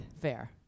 Fair